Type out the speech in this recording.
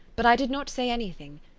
but i did not say anything,